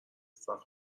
سقف